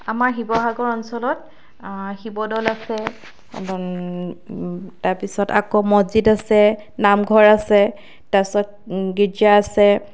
আমাৰ শিৱসাগৰ অঞ্চলত শিৱদ'ল আছে তাৰ পিছত আকৌ মছজিদ আছে নামঘৰ আছে তাৰ পিছত গীৰ্জা আছে